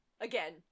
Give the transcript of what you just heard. Again